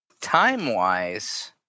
time-wise